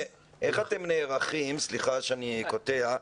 סליחה שאני קוטע,